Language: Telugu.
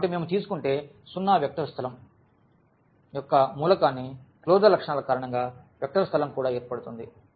కాబట్టి మేము తీసుకుంటే 0 వెక్టర్ స్థలం యొక్క మూలకాన్ని క్లోజర్ లక్షణాల కారణంగా వెక్టర్ స్థలం కూడా ఏర్పడుతుంది